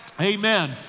Amen